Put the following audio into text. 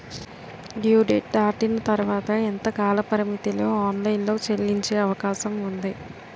Due date దాటిన తర్వాత ఎంత కాలపరిమితిలో ఆన్ లైన్ లో చెల్లించే అవకాశం వుంది?